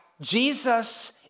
Jesus